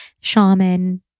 Shaman